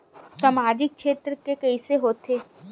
सामजिक क्षेत्र के कइसे होथे?